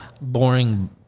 boring